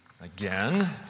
Again